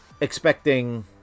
expecting